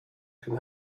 can